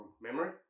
memory